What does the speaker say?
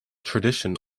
tradition